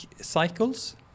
cycles